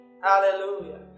Hallelujah